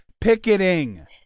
picketing